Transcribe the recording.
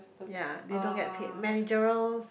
yea they don't get paid managerials